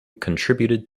contributed